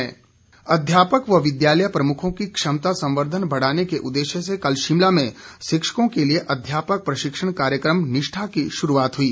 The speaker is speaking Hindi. निष्ठा कार्यक्रम अध्यापक व विद्यालय प्रमुखों की क्षमता संवर्धन बढ़ाने के उदेश्य से कल शिमला में शिक्षकों के लिए अध्यापक प्रशिक्षण कार्यक्रम निष्ठा की शुरूआत हुई